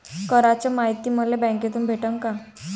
कराच मायती मले बँकेतून भेटन का?